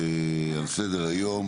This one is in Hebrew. על סדר היום